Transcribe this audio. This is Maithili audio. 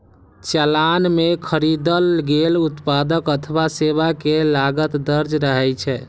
चालान मे खरीदल गेल उत्पाद अथवा सेवा के लागत दर्ज रहै छै